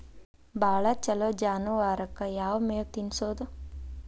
ಭಾಳ ಛಲೋ ಜಾನುವಾರಕ್ ಯಾವ್ ಮೇವ್ ತಿನ್ನಸೋದು?